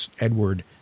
Edward